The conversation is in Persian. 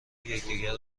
یکدیگر